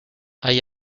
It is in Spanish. hay